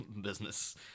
business